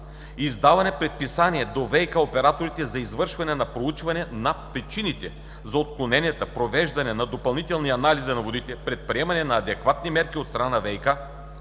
издаване на предписания до ВиК операторите за извършване на проучване на причините за отклоненията, провеждане на допълнителни анализи на водите, предприемане на адекватни мерки от страна на